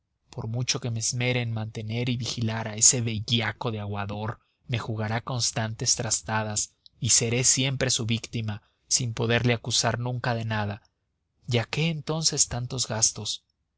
por mucho que me esmere en mantener y vigilar a ese bellaco de aguador me jugará constantes trastadas y seré siempre su víctima sin poderle acusar nunca de nada a qué entonces tantos gastos